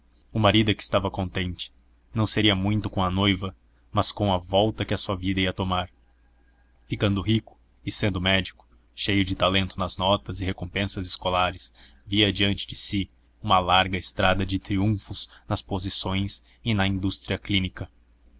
o marido é que estava contente não seria muito com a noiva mas com a volta que a sua vida ia tomar ficando rico e sendo médico cheio de talento nas notas e recompensas escolares via diante de si uma larga estrada de triunfos nas posições e na indústria clínica